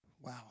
Wow